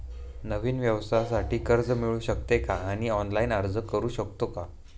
नवीन व्यवसायासाठी कर्ज मिळू शकते का आणि ऑनलाइन अर्ज करू शकतो का?